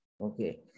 okay